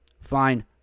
Fine